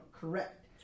correct